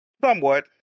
Somewhat